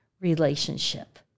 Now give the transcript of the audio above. relationship